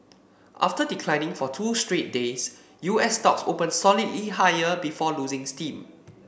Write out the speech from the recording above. after declining for two straight days U S stocks opened solidly higher before losing steam